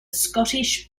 scottish